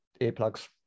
earplugs